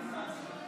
שיש תוכניות וחסד,